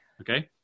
Okay